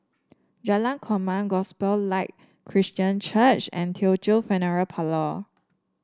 Jalan Korma Gospel Light Christian Church and Teochew Funeral Parlour